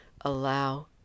Allow